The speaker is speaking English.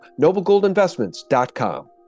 noblegoldinvestments.com